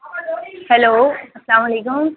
hello السلام علیکم